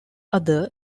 other